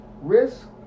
risk